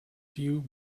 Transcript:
few